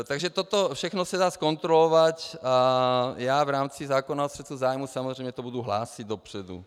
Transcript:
Takže toto všechno se dá zkontrolovat a já v rámci zákona o střetu zájmů samozřejmě to budu hlásit dopředu.